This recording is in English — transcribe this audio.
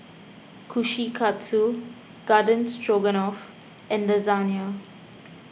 Kushikatsu Garden Stroganoff and Lasagne